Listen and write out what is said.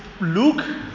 Luke